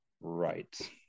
right